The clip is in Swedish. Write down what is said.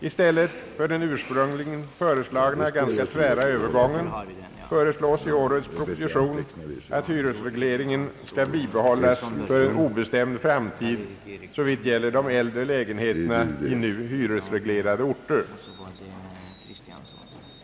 I stället för den ursprungligen föreslagna ganska tvära övergången föreslås i årets proposition att hyresregleringen skall bibehållas för en obestämd framtid såvitt gäller de äldre lägenheterna i nu hyresreglerade orter.